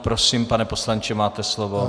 Prosím, pane poslanče, máte slovo.